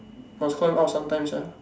must call him out sometimes ah